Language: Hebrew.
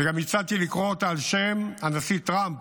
וגם הצעתי לקרוא אותה על שם הנשיא טראמפ,